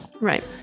right